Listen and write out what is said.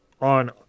on